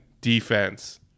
defense